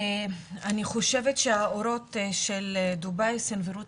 אני חושבת שהאורות של דובאי סנוורו את